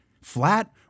flat